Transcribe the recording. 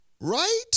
Right